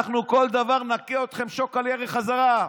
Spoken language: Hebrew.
אנחנו, כל דבר נכה אתכם שוק על ירך בחזרה.